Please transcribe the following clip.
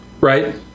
Right